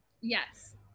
yes